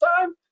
time